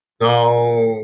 now